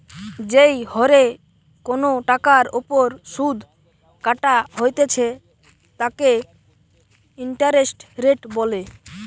যেই হরে কোনো টাকার ওপর শুধ কাটা হইতেছে তাকে ইন্টারেস্ট রেট বলে